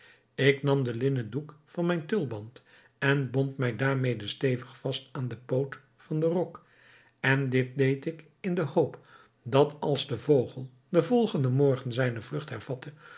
ik nam den linnen doek van mijn tulband en bond mij daarmede stevig vast aan den poot van den rok en dit deed ik in de hoop dat als de vogel den volgenden morgen zijne